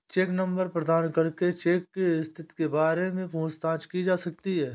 check number प्रदान करके cheque की स्थिति के बारे में पूछताछ की जा सकती है